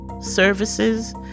services